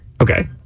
Okay